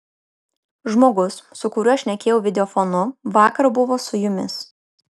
žmogus su kuriuo šnekėjau videofonu vakar buvo su jumis